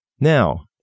Now